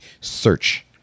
Search